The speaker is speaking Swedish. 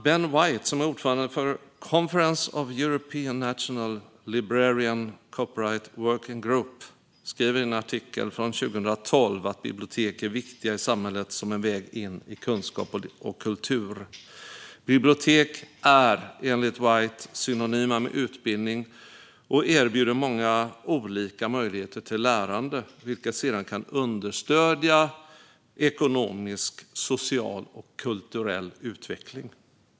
Ben White, som är ordförande för Conference of European National Librarians Copyright Working Group, skriver i en artikel från 2012 att bibliotek är viktiga i samhället som en väg in till kunskap och kultur. Bibliotek är, enligt White, synonyma med utbildning och erbjuder många olika möjligheter till lärande, vilket sedan kan understödja ekonomisk, social och kulturell utveckling.